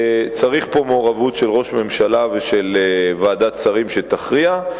צריך פה מעורבות של ראש ממשלה וועדת שרים שתכריע.